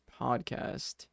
podcast